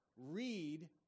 read